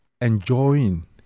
enjoying